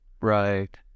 Right